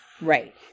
Right